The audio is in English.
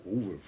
over